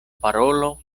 parolo